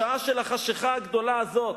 בשעה של החשכה הגדולה הזאת,